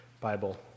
Bible